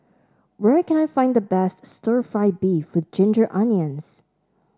where can I find the best stir fry beef with Ginger Onions